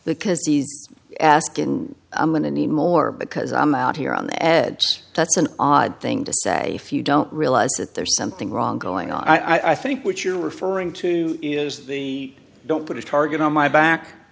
because the ask in i'm going to need more because i'm out here on the ed that's an odd thing to say if you don't realize that there's something wrong going on i think what you're referring to is the don't put a target on my back